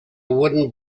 wooden